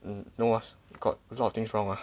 um no ah got a lot of things wrong ah